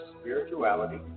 spirituality